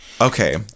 Okay